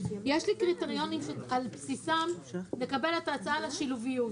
יש לי קריטריונים שעל בסיסם נוכל לקבל את ההצעה לשילוביות.